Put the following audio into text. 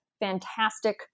fantastic